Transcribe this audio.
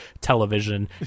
television